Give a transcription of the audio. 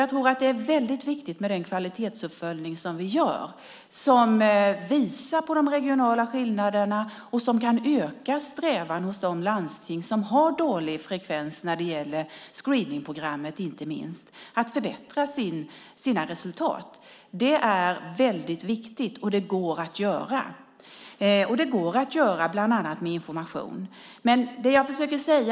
Jag tror att det är väldigt viktigt med den kvalitetsuppföljning som vi gör. Den visar på de regionala skillnaderna och kan öka strävan hos de landsting som har dålig frekvens när det gäller screeningprogrammet att inte minst förbättra sina resultat. Det är väldigt viktigt, och det går att göra bland annat med information.